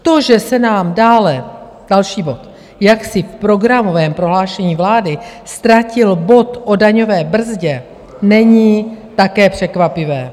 To, že se nám dále, další bod, jaksi v programovém prohlášení vlády ztratil bod o daňové brzdě, není také překvapivé.